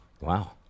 wow